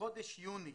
בחודש יוני